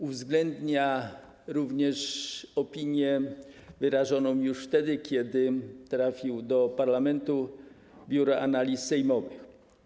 Uwzględnia również opinię wyrażoną już wtedy, kiedy trafił do parlamentu, do Biura Analiz Sejmowych.